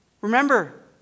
Remember